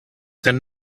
there